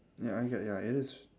ya I gue~ ya it looks